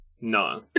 no